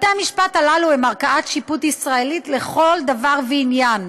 בתי המשפט הללו הם ערכאת שיפוט ישראלית לכל דבר ועניין,